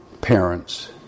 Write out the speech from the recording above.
parents